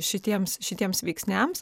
šitiems šitiems veiksniams